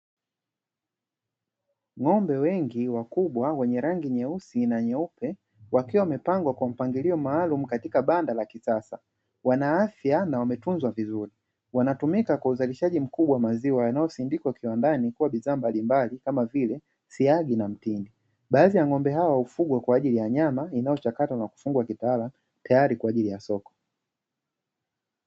Ng'ombe wengi wakubwa wenye rangi nyeusi na nyeupe wakiwa wamepangwa kwa mpangilio maalumu katika banda la kisasa, wana afya na wametunzwa vizuri ,wanatumika katika uzalishaji mkubwa wa maziwa yanayosindikwa kiwandani kuwa bidhaa mbalimbali kama vile: siagi na mtindi, baadhi ya ng'ombe hao hufugwa kwa ajili ya nyama insyochakatwa na kufungwa kitaalamu tayari kwa ajili ya soko.